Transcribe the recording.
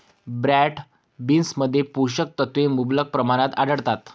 broad बीन्समध्ये पोषक तत्वे मुबलक प्रमाणात आढळतात